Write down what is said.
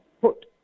put